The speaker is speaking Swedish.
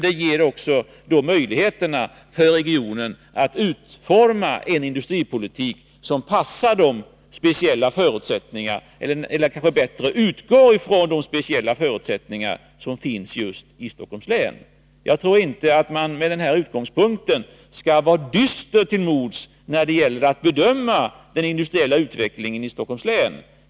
Det ger också möjligheter för regionen att utforma en industripolitik som utgår ifrån de speciella förutsättningar som finns i just Stockholms län. Jag tror inte att man med den här utgångspunkten skall vara dyster till mods när det gäller att bedöma den industriella utvecklingen i Stockholms län.